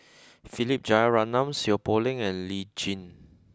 Philip Jeyaretnam Seow Poh Leng and Lee Tjin